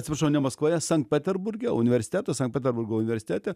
atsiprašau ne maskvoje sankt peterburge universiteto sankt peterburgo universitete